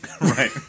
Right